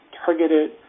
targeted